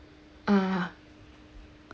ah